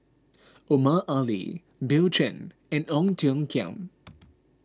Omar Ali Bill Chen and Ong Tiong Khiam